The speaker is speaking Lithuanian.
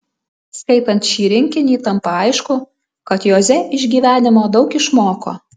skaitant šį rinkinį tampa aišku kad joze iš gyvenimo daug išmoko